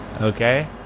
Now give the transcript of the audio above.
Okay